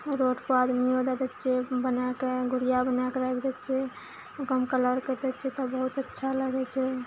रोडपर आदमिओ दए दै छियै बनाकऽ गुड़िया बनाकऽ राखि दै छियै ओकरामे कलर करि दै छियै तब बहुत अच्छा लगय छै